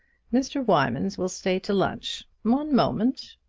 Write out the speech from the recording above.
mr. wymans will stay to lunch. one moment!